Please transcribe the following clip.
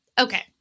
okay